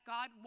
God